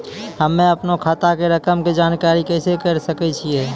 हम्मे अपनो खाता के रकम के जानकारी कैसे करे सकय छियै?